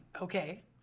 Okay